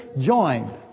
joined